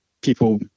people